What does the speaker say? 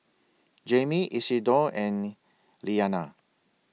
Jaime Isidore and Liliana